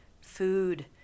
Food